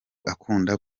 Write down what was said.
akunda